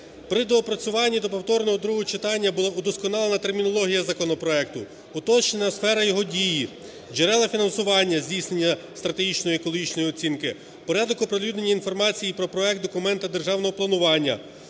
При доопрацюванні до повторного другого читання була удосконалена термінологія законопроекту, уточнена сфера його дії, джерела фінансування, здійснення стратегічної екологічної оцінки, порядок оприлюднення інформації про проект документу державного планування,